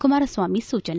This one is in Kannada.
ಕುಮಾರಸ್ವಾಮಿ ಸೂಚನೆ